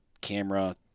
camera